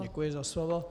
Děkuji za slovo.